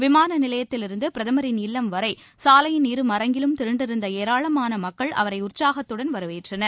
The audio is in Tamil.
விமான நிலையத்திலிருந்து பிரதமரின் இல்லம் வரை சாலையின் இருமருங்கிலும் திரண்டிருந்த ஏராளமான மக்கள் அவரை உற்சாகத்துடன் வரவேற்றனர்